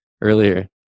earlier